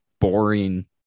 boring